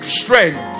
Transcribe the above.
strength